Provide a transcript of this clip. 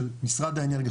של משרד האנרגיה,